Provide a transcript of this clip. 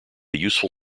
useful